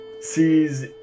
sees